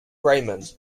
raymond